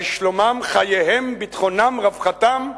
על שלומם, חייהם, ביטחונם, רווחתם,